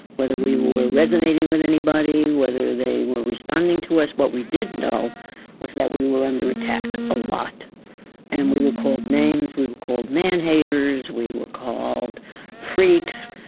whether we were resonating with anybody, whether they were responding to us. what we did know was that we were under attack a lot and we were called names, we were called man haters, we were called freaks.